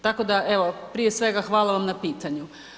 Tako da evo prije svega hvala vam na pitanju.